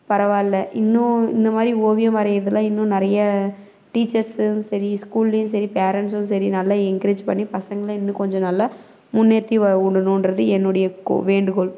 பரவாயில்ல இன்னும் இந்த மாதிரி ஓவியம் வரைகிறதுலாம் இன்னும் நிறைய டீச்சர்சும் சரி ஸ்கூல்லேயும் சரி பேரன்ட்ஸும் சரி நல்லா என்கரேஜ் பண்ணி பசங்களை இன்னும் கொஞ்சம் நல்லா முன்னேற்றி விடணுன்றது என்னுடைய வேண்டுகோள்